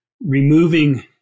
removing